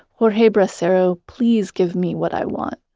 jorge bracero please give me what i want.